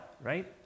right